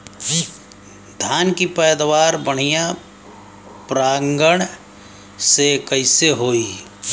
धान की पैदावार बढ़िया परागण से कईसे होई?